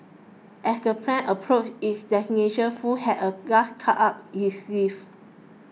as the plane approached its destination Foo had a last card up his sleeve